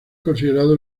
considerado